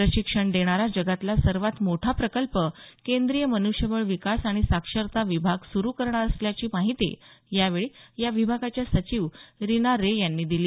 प्रशिक्षण देणारा जगातला सर्वात मोठा प्रकल्प केंद्रीय मन्ष्यबळ विकास आणि साक्षरता विभाग सुरु करणार असल्याची माहिती यावेळी या विभागाच्या सचीव रीना रे यांनी दिली